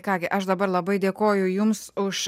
ką gi aš dabar labai dėkoju jums už